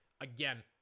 again